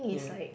yeah